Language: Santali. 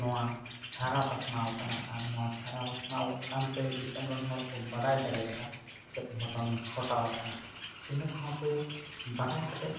ᱱᱚᱣᱟ ᱪᱷᱟᱨᱟ ᱯᱟᱥᱱᱟᱣ ᱟᱠᱟᱱᱟ ᱱᱚᱣᱟ ᱜᱮ ᱪᱷᱟᱨᱟ ᱯᱟᱥᱱᱟᱣ ᱟᱠᱟᱱ ᱛᱮ ᱫᱤᱥᱟᱹᱢ ᱨᱮᱱ ᱦᱚᱲ ᱠᱚ ᱵᱟᱰᱟᱭ ᱫᱟᱲᱮᱭᱟᱫᱟ ᱡᱮ ᱪᱮᱫ ᱜᱷᱚᱴᱚᱱ ᱜᱷᱚᱴᱟᱣ ᱟᱠᱟᱱᱟ ᱤᱱᱟᱹ ᱥᱟᱶᱛᱮ ᱵᱟᱰᱟᱭ ᱠᱟᱛᱮ